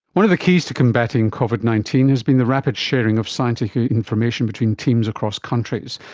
one of the keys to combating covid nineteen has been the rapid sharing of scientific information between teams across countries.